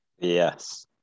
Yes